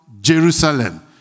Jerusalem